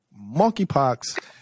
Monkeypox